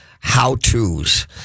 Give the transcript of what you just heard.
how-tos